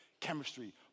Chemistry